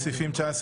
סעיפים 20-19,